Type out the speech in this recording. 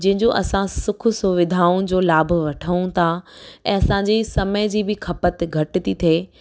जंहिंजो असां सुख सुविधाऊं जो लाभ वठूं था ऐं असांजी समय जी बि खपत घटि थी थिए